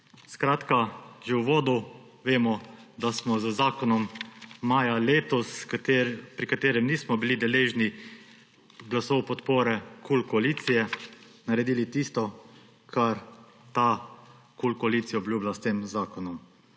Skratka, že v uvodu vemo, da smo z zakonom maja letos, pri katerem nismo bili deležni glasov podpore koalicije KUL, naredili tisto, kar koalicija KUL obljublja s tem zakonom.